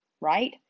right